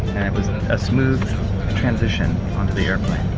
and it was a smooth transition onto the airplane,